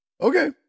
Okay